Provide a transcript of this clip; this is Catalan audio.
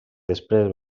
després